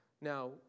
Now